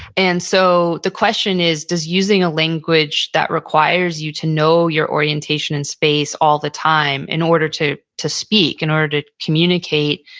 and so the question is, does using a language that requires you to know your orientation in space all the time in order to to speak, in order to communicate,